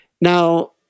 Now